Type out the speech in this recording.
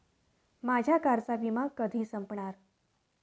माझ्या कारचा विमा कधी संपणार